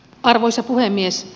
arvoisa puhemies